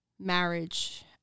marriage